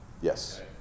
Yes